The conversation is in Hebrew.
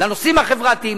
לנושאים החברתיים,